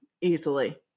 easily